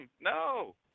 no